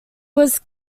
was